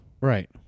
Right